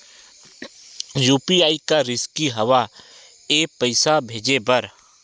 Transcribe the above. UPI का रिसकी हंव ए पईसा भेजे बर?